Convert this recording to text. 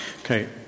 Okay